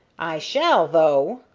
i shall, though,